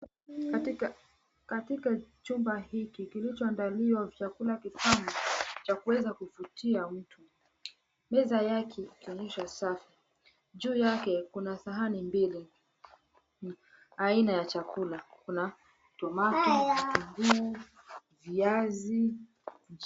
Katika chumba hiki kilichoandaliwa vyakula kitambo cha kuweza kuvutia mtu. Meza yake ikionyesha safi. Juu yake kuna sahani mbili aina ya chakula. Kuna tomato, kitunguu, viazi.